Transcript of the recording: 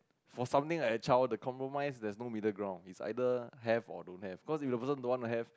for something like a child the compromise there's no middle ground it's either have or don't have cause if the person don't want to have